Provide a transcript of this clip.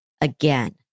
again